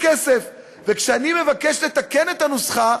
וכשאני מבקש לתקן את הנוסחה,